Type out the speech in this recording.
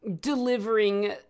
delivering